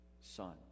son